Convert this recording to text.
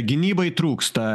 gynybai trūksta